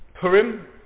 Purim